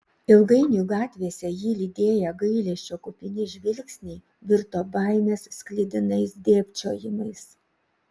ilgainiui gatvėse jį lydėję gailesčio kupini žvilgsniai virto baimės sklidinais dėbčiojimais